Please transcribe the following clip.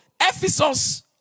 Ephesus